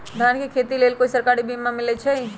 धान के खेती के लेल कोइ सरकारी बीमा मलैछई?